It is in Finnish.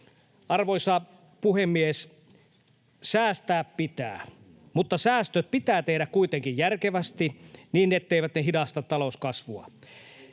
Arvoisa puhemies! Säästää pitää, mutta säästöt pitää tehdä kuitenkin järkevästi niin, etteivät ne hidasta talouskasvua.